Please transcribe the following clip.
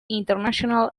international